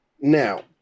Now